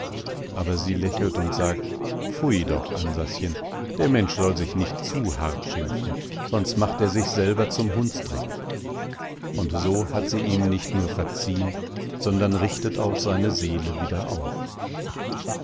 aber sie lächelt und sagt pfui doch ansaschen der mensch soll sich nicht zu hart schimpfen sonst macht er sich selber zum hundsdreck und so hat sie ihm nicht nur verziehen sondern richtet auch seine seele wieder auf